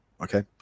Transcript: okay